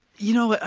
you know, like